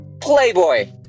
Playboy